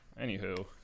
Anywho